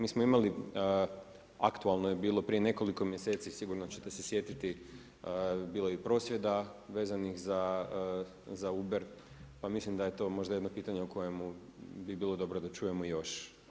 Mi smo imali aktualno je bilo prije nekoliko mjeseci, sigurno ćete se sjetiti, bilo je i prosvjeda vezanih za Uber pa mislim da je to možda jedno pitanje o kojemu bi bilo dobro da čujemo još.